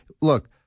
Look